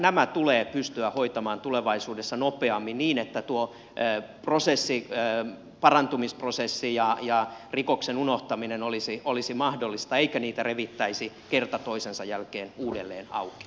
nämä tulee pystyä hoitamaan tulevaisuudessa nopeammin niin että tuo parantumisprosessi ja rikoksen unohtaminen olisi mahdollista eikä niitä revittäisi kerta toisensa jälkeen uudelleen auki